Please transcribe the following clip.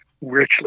richly